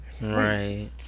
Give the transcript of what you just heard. Right